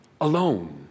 alone